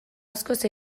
askoz